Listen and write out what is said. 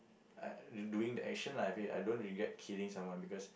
uh doing the action lah I mean I don't regret killing someone because